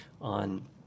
on